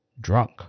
drunk